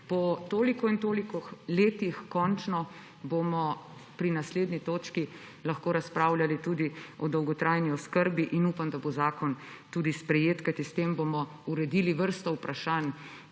Po toliko in toliko letih bomo končno pri naslednji točki lahko razpravljali tudi o dolgotrajni oskrbi in upam, da bo zakon sprejet, kajti s tem bomo uredili vrsto vprašanj,